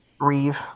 Reeve